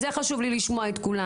בגלל זה חשוב לי לשמוע את כולן.